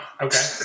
Okay